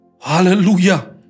Hallelujah